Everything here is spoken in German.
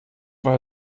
war